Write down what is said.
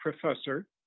professor